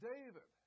David